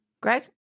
Greg